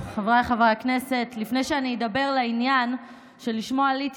לפני שאני אדבר לעניין שלשמו עליתי,